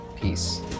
Peace